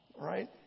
right